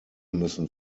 müssen